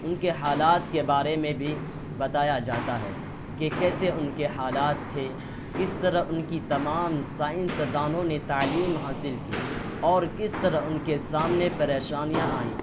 ان کے حالات کے بارے میں بھی بتایا جاتا ہے کہ کیسے ان کے حالات تھے کس طرح ان کی تمام سائنس دانوں نے تعلیم حاصل کی اور کس طرح ان کے سامنے پریشانیاں آئیں